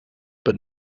but